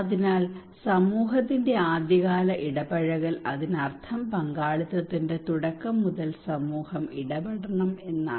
അതിനാൽ സമൂഹത്തിന്റെ ആദ്യകാല ഇടപഴകൽ അതിനർത്ഥം പങ്കാളിത്തത്തിന്റെ തുടക്കം മുതൽ സമൂഹം ഇടപെടണം എന്നാണ്